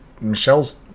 Michelle's